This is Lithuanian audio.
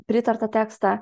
pritartą tekstą